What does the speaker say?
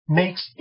makes